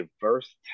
diverse